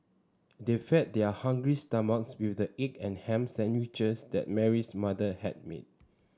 they fed their hungry stomachs with the egg and ham sandwiches that Mary's mother had made